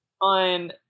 on